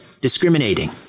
discriminating